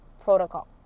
protocol